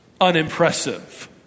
unimpressive